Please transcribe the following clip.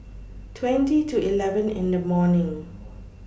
twenty to eleven in The morning